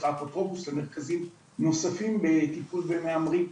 האפוטרופוס ומרכזים נוספים לטיפול במהמרים,